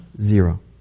Zero